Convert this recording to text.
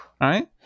right